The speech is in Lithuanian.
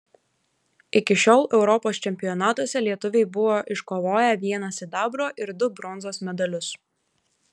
iki šiol europos čempionatuose lietuviai buvo iškovoję vieną sidabro ir du bronzos medalius